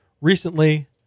recently